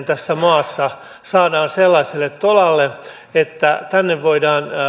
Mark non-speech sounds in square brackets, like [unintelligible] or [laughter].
[unintelligible] tässä maassa saadaan sellaiselle tolalle että tänne voidaan